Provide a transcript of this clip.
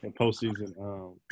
Postseason